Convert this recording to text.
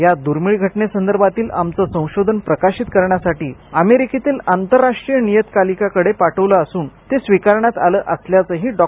या दुर्मिळ घटने संदर्भातील आमचं संशोधन प्रकाशित करण्यासाठी अमेरिकेतील आंतरराष्ट्रीय नियतकालिकाकडे पाठवलं असून ते स्वीकारण्यात आलं असल्याचंही डॉ